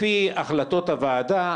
לפי החלטות הוועדה,